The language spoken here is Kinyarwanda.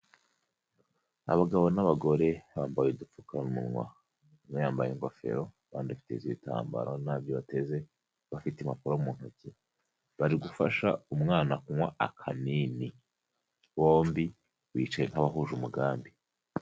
Abagabo n'abagore, bambaye udupfukamunwa. Umwe yambaye ingofero, abandi bateze ibitambaro ntabyo bateze, bafite impapuro mu ntoki, bari gufasha umwana kunywa akanini. Bombi bicaye nk'abahuje umugambi.